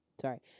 Sorry